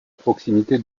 proximité